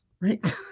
Right